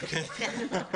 בקואליציה.